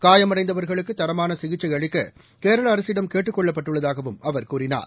காயமடைந்தவர்களுக்குதரமானசிகிச்சைஅளிக்ககேரளஅரசிடம் கேட்டுக் கொள்ளப்பட்டுள்ளதாகவும் அவர் கூறினார்